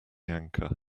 anchor